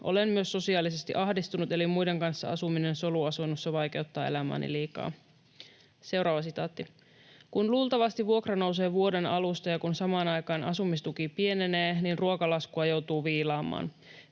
olen myös sosiaalisesti ahdistunut, eli muiden kanssa asuminen soluasunnossa vaikeuttaa elämääni liikaa.” ”Kun luultavasti vuokra nousee vuoden alusta ja kun samaan aikaan asumistuki pienenee, niin ruokalaskua joutuu viilaamaan.